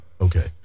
Okay